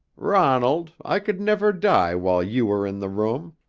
ronald, i could never die while you were in the room.